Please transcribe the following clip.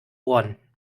ohren